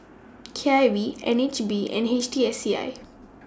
K I V N H B and H T S C I